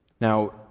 Now